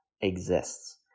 exists